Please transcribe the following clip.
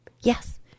Yes